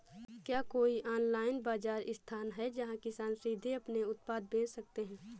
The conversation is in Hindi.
क्या कोई ऑनलाइन बाज़ार स्थान है जहाँ किसान सीधे अपने उत्पाद बेच सकते हैं?